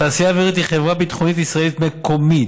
התעשייה האווירית היא חברה ביטחונית ישראלית מקומית.